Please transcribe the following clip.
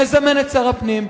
נזמן את שר הפנים,